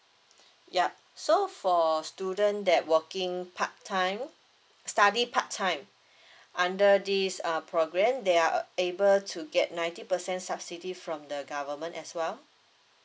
ya so for student that working part time study part time under this uh program they are able to get ninety percent subsidy from the government as well